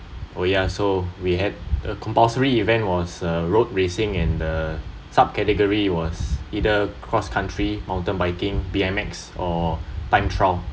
oh ya so we had the compulsory event was road racing and the subcategory was either cross country mountain biking B_M_X or time trial